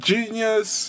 Genius